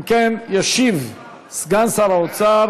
אם כן, ישיב סגן שר האוצר